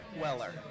Weller